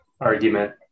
argument